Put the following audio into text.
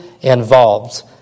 involved